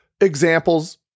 examples